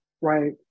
right